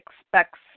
expects